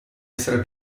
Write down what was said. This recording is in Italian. essere